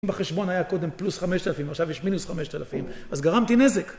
אם בחשבון היה קודם פלוס 5,000 ועכשיו יש מינוס 5,000, אז גרמתי נזק.